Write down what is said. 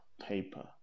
paper